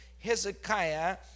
Hezekiah